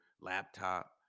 laptop